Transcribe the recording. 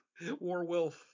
warwolf